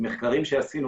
מחקרים שעשינו,